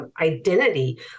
identity